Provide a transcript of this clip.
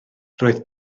roedd